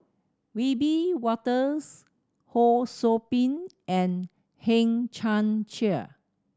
Wiebe Wolters Ho Sou Ping and Hang Chang Chieh